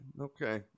okay